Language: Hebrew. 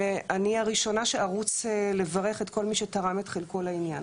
ואני הראשונה שארוץ לברך את כל מי שתרם את חלקו לעניין.